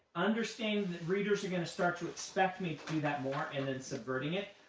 understanding that readers are going to start to expect me to do that more, and then subverting it,